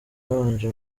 babanje